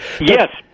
Yes